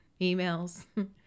emails